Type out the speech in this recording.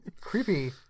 Creepy